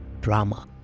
drama